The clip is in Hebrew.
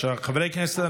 חברי הכנסת,